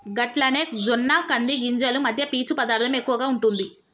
గట్లనే జొన్న కంది గింజలు మధ్య పీచు పదార్థం ఎక్కువగా ఉంటుంది